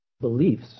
beliefs